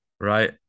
right